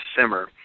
simmer